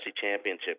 Championship